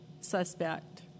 suspect